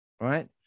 Right